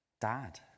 Dad